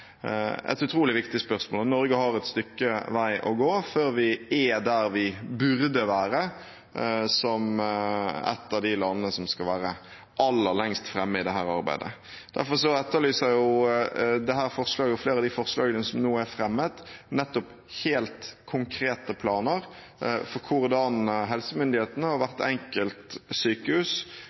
et utrolig viktig spørsmål, og Norge har et stykke vei å gå før vi er der vi burde være, som ett av de landene som skal være aller lengst fremme i dette arbeidet. Derfor etterlyses det i flere av de forslagene som nå er fremmet, nettopp helt konkrete planer for hvordan helsemyndighetene og hvert enkelt sykehus